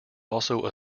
also